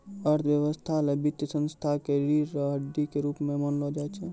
अर्थव्यवस्था ल वित्तीय संस्थाओं क रीढ़ र हड्डी के रूप म मानलो जाय छै